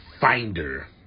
finder